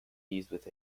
with